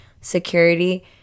security